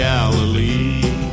Galilee